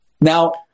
Now-